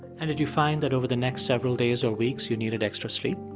and did you find that over the next several days or weeks, you needed extra sleep?